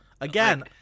Again